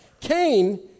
Cain